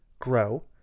grow